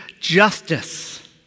justice